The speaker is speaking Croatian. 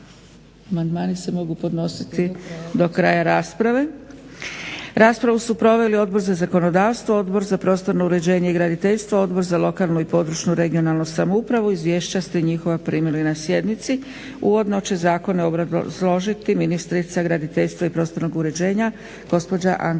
Amandmani se mogu ponositi do kraja rasprave. Raspravu su proveli Odbor za zakonodavstvo, Odbor za prostorno uređenje i graditeljstvo, Odbor za lokalnu i područnu regionalnu samoupravu. Izvješća ste njihova primili na sjednice. Uvodno će zakone obrazložiti ministrica graditeljstva i prostornog uređenja gospođa Anka